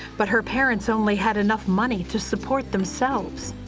but her parents only had enough money to support themselves.